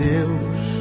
Deus